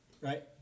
right